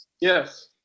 Yes